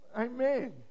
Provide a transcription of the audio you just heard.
Amen